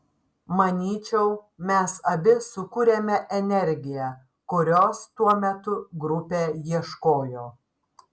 manyčiau mes abi sukūrėme energiją kurios tuo metu grupė ieškojo